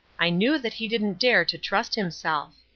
i knew that he didn't dare to trust himself.